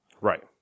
Right